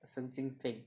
神经病